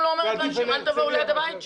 לא אומרת להם שלא יבואו להיות ליד הבית שלי.